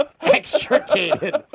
Extricated